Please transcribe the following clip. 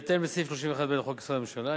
בהתאם לסעיף 31(ב) לחוק-יסוד: הממשלה,